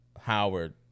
Howard